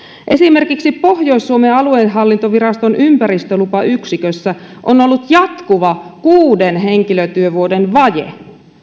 esimerkiksi pohjois suomen aluehallintoviraston ympäristölupayksikössä on ollut jatkuva kuuden henkilötyövuoden vaje